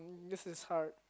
this is hard